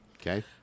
Okay